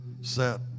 set